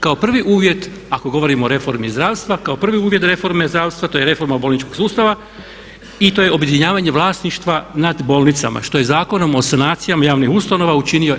Kao prvi uvjet ako govorimo o reformi zdravstva, kao prvi uvjet reforme zdravstva to je reforma bolničkog sustava i to je objedinjavanje vlasništva nad bolnicama što je Zakonom o sanaciji javnih ustanova učinio SDP.